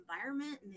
environment